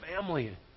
family